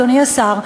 אדוני השר,